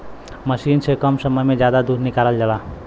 मसीन से कम समय में जादा दूध निकालल जाला